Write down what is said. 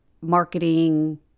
marketing